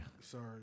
Sorry